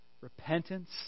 repentance